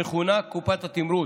המכונה קופת התמרוץ,